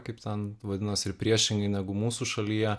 kaip ten vadinosi ir priešingai negu mūsų šalyje